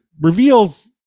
reveals